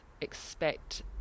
expect